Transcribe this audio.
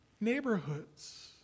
neighborhoods